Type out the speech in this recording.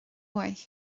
mhaith